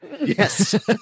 yes